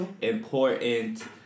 important